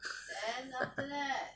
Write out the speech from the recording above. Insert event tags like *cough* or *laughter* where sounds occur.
*laughs*